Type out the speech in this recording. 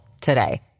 today